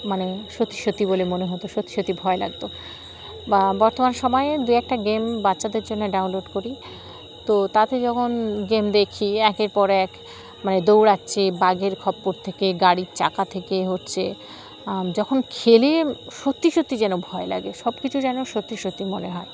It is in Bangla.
মানে সত্যি সত্যি বলে মনে হতো সত্যি সত্যি ভয় লাগতো বা বর্তমান সময়ে দু একটা গেম বাচ্চাদের জন্য ডাউনলোড করি তো তাতে যখন গেম দেখি একের পর এক মানে দৌড়াচ্ছে বাঘের খপ্পড় থেকে গাড়ির চাকা থেকে হচ্ছে যখন খেলে সত্যি সত্যি যেন ভয় লাগে সব কিছু যেন সত্যি সত্যি মনে হয়